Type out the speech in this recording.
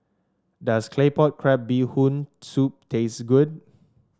does Claypot Crab Bee Hoon Soup taste good